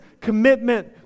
Commitment